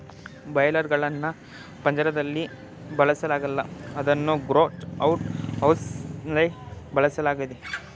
boiler ಗಳ್ನ ಪಂಜರ್ದಲ್ಲಿ ಬೆಳೆಸಲಾಗಲ್ಲ ಅವನ್ನು ಗ್ರೋ ಔಟ್ ಹೌಸ್ಲಿ ಬೆಳೆಸಲಾಗ್ತದೆ